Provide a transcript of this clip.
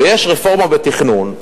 ויש רפורמה בתכנון,